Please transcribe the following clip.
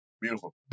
Beautiful